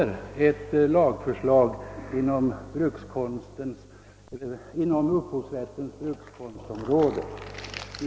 Det skulle vara mycket intressant att få veta, om jag möjligen har missuppfattat detta och om ett lagförslag inom upphovsrättslagens brukskonstområde verkligen kommer.